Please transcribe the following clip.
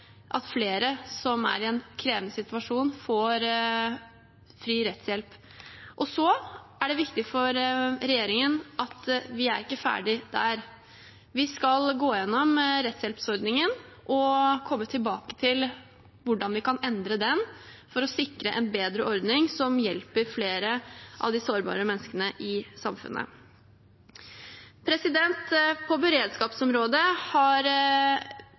at flere som er i en krevende situasjon, får fri rettshjelp. Så er det viktig for regjeringen at vi ikke er ferdig der. Vi skal gå gjennom rettshjelpsordningen og komme tilbake til hvordan vi kan endre den for å sikre en bedre ordning som hjelper flere av de sårbare menneskene i samfunnet. På beredskapsområdet har